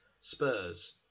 Spurs